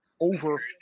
over